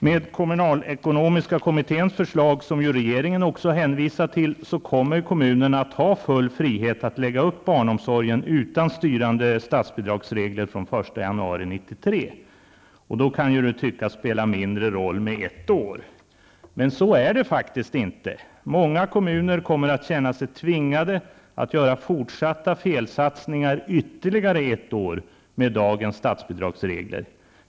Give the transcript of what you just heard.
Med kommunalekonomiska kommitténs förslag, som ju regeringen hänvisar till, kommer kommunerna att ha full frihet att lägga upp barnomsorgen utan styrande statsbidragsregler från 1 januari 1993. Då kan det tyckas spela mindre roll med ett år, men så är det faktiskt inte. Många kommuner kommer att känna sig tvingade att göra fortsatta felsatsningar ytterligare ett år, med dagens statsbidragsregler.